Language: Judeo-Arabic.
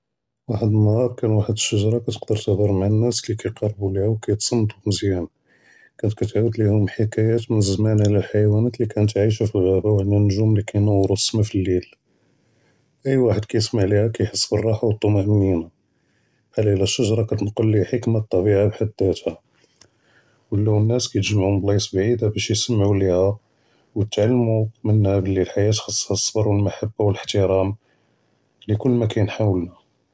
ואחד אלנהאר כאן ואחד אלשג’רה כתג’דר תיהדר מעאל נאס אלי כיקרבו לה וכיתסתנו מזיאן, כנת כתהאוד להם חכיית מן זמן עלא אלח’ואנין אלי כנת עיישה פי אלגעהבה ועלא אלנג’ום אלכיןורו אלסמה פיליל. אי ואחד כיסמע לה כאיחס בלרחה ואלطمאאנין, אלי הא שג’רה کتנקלי חכמה אלטביעה בבחד זאתהא, ו’לוא אלנאס כיתג’מעו מן בלאיס בעידה באש יוסמעו לה, ויתעלמו אנו אלחיאא כיחסה סבר ואלמהבה ואלאחترام לכל מא קאין ח’ולנה.